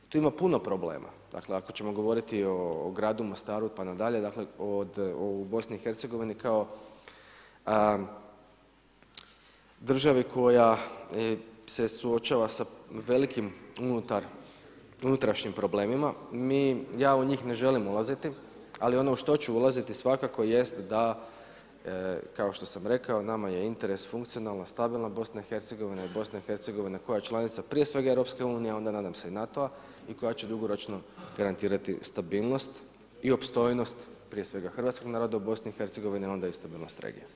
Tu ima puno problema, dakle ako ćemo govoriti o gradu Mostaru pa nadalje, dakle u BiH-u kao državi koja se suočava sa velikim unutrašnjih problemima, ja u njih ne želim ulaziti ali ono u što ću ulaziti svakako jest da kao što rekao, nama je interes funkcionalna, stabilna BiH, BiH koja je članica prije svega EU-a a onda nadam se i NATO-a i koja će dugoročno garantirati stabilnosti i opstojnost prije svega hrvatskog naroda u BiH-u a onda i stabilnost regije.